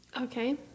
Okay